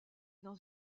dans